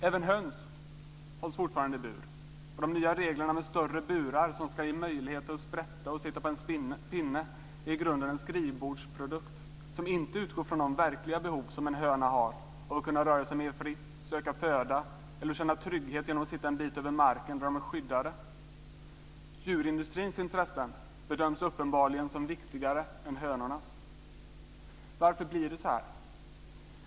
Även höns hålls fortfarande i bur. De nya reglerna med större burar som ger möjligheter att sprätta och sitta på en pinne är i grunden en skrivbordsprodukt som inte utgår från de verkliga behov en höna har att kunna röra sig mer fritt, söka föda, eller känna trygghet genom att sitta en bit över marken där det finns skydd. Djurindustrins intressen bedöms uppenbarligen som viktigare än hönornas. Varför blir det så?